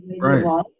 right